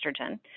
estrogen